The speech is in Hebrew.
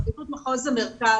פרקליטות מחוז מרכז,